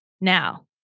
Now